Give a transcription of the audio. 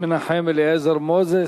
מנחם אליעזר מוזס.